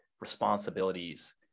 responsibilities